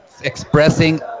expressing